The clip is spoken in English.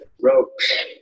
ropes